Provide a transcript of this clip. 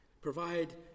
Provide